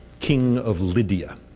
king of lydia.